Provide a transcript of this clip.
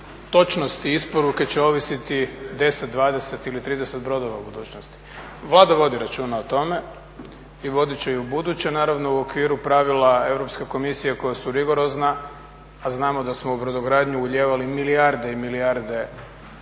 točnosti isporuke će ovisiti 10, 20 ili 30 brodova u budućnosti. Vlada vodi računa o tome i vodit će i ubuduće, naravno u okviru pravila Europske komisije koja su rigorozna, a znamo da smo u brodogradnju ulijevali milijarde i milijarde